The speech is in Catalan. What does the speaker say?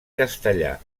castellà